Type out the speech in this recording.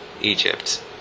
Egypt